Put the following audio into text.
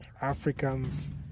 Africans